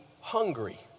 hungry